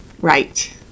Right